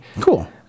Cool